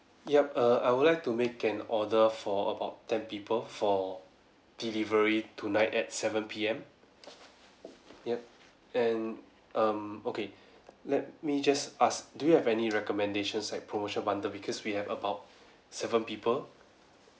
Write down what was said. yup err I would like to make an order for about ten people for delivery tonight at seven P_M yup and um okay let me just ask do you have any recommendations like promotion bundle because we have about seven people